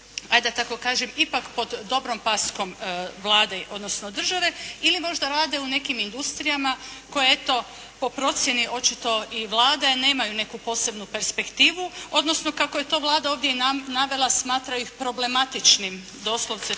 ajde da tako kažem ipak pod dobrom paskom Vlade odnosno države ili možda rade u nekim industrijama koje eto po procjeni očito i Vlade nemaju neku posebnu perspektivu odnosno kako je to Vlada ovdje i navela smatra ih problematičnim, doslovce